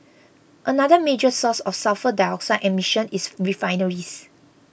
another major source of sulphur dioxide emissions is refineries